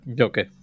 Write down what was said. Okay